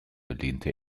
lehnte